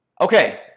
Okay